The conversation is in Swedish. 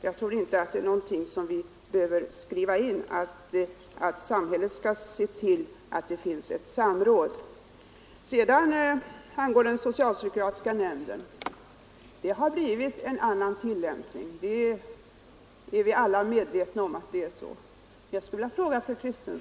Jag tror därför inte att vi i lagen behöver skriva in att det skall förekomma ett samråd dem emellan eller att samhället behöver se till att ett samråd kommer till stånd. Angående den socialpsykiatriska nämnden vill jag säga att vi alla är medvetna om att det har uppstått en annan tillämpning av lagen.